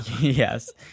Yes